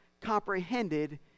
comprehended